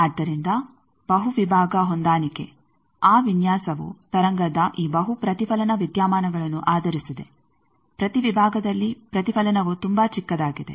ಆದ್ದರಿಂದ ಬಹು ವಿಭಾಗ ಹೊಂದಾಣಿಕೆ ಆ ವಿನ್ಯಾಸವು ತರಂಗದ ಈ ಬಹು ಪ್ರತಿಫಲನ ವಿದ್ಯಮಾನಗಳನ್ನು ಆಧರಿಸಿದೆ ಪ್ರತಿ ವಿಭಾಗದಲ್ಲಿ ಪ್ರತಿಫಲನವು ತುಂಬಾ ಚಿಕ್ಕದಾಗಿದೆ